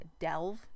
delve